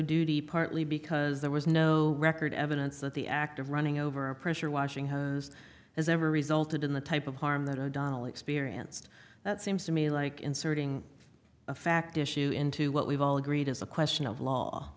duty partly because there was no record evidence that the act of running over a pressure washing has has ever resulted in the type of harm that o'donnell experienced that seems to me like inserting a fact issue into what we've all agreed is a question of law